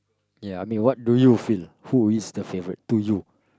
ya I mean what do you feel who is the favourite to you